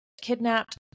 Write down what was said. kidnapped